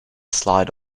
slide